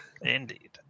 Indeed